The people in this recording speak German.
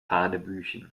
hanebüchen